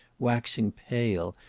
waxing pale,